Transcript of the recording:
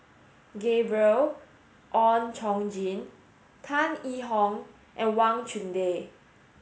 Gabriel Oon Chong Jin Tan Yee Hong and Wang Chunde